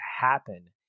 happen